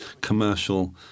commercial